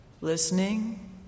listening